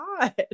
god